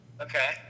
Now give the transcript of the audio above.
okay